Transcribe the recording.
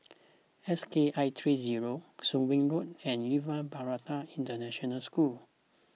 S K I three six zero Soon Wing Road and Yuva Bharati International School